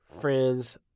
friends